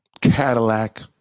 Cadillac